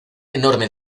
enorme